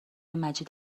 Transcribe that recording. مجید